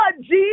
Jesus